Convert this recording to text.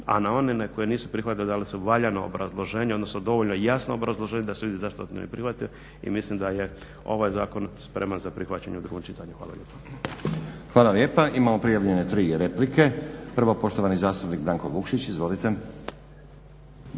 a na one koje nisu prihvatili dali su valjano obrazloženje, odnosno dovoljno jasno obrazloženje da se vidi zašto nisu prihvatili. I mislim da je ovaj zakon spreman za prihvaćanje u drugom čitanju. Hvala lijepo. **Stazić, Nenad (SDP)** Hvala lijepa. Imamo prijavljene tri replike. Prvo poštovani zastupnik Branko Vukšić. Izvolite.